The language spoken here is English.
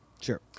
Sure